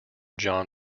john